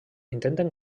intenten